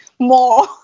More